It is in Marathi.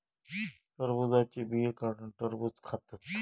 टरबुजाचे बिये काढुन टरबुज खातत